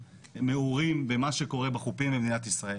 מעורים במה שקורה בחופים במדינת ישראל